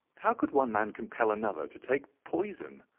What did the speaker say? how could one man compel another to take poison?